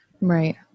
Right